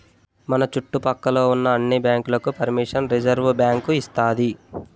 మన చుట్టు పక్క లో ఉన్న అన్ని బ్యాంకులకు పరిమిషన్ రిజర్వుబ్యాంకు ఇస్తాది